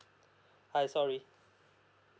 hi sorry